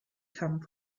come